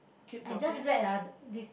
I just read ah about this